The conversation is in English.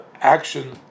action